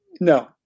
No